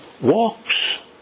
walks